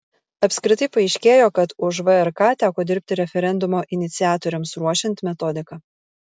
apskritai paaiškėjo kad už vrk teko dirbti referendumo iniciatoriams ruošiant metodiką